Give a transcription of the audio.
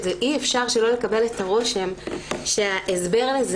אי-אפשר שלא לקבל את הרושם שההסבר הזה